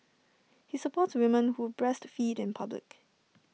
he supports women who breastfeed in public